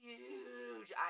huge